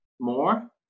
more